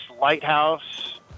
Lighthouse